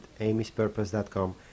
amyspurpose.com